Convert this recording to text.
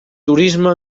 turisme